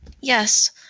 Yes